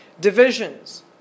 Divisions